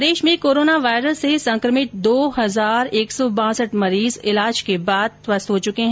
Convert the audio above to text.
प्रदेश में corona virus से संकमित दो हजार एक सौ बांसठ मरीज ईलाज के बाद स्वस्थ हो चुके है